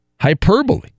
hyperbole